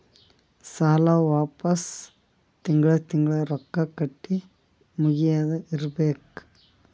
ಸಾಲ ವಾಪಸ್ ತಿಂಗಳಾ ತಿಂಗಳಾ ರೊಕ್ಕಾ ಕಟ್ಟಿ ಮುಗಿಯದ ಇರ್ಬೇಕು